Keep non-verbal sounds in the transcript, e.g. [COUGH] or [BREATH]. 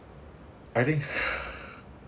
I think [BREATH]